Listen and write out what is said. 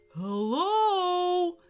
hello